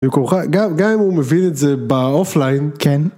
גם אם הוא מבין את זה באופליין, -כן.